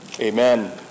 Amen